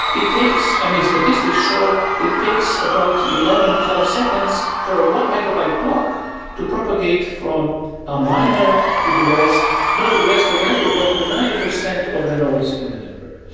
it takes i mean, statistics shows, it takes about eleven, twelve seconds for a one megabyte block to propagate from a miner to the rest not to the rest of the network, but to the ninety percent of the nodes in the network.